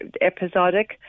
episodic